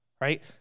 right